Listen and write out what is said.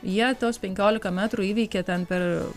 ją tos penkiolika metrų įveikė per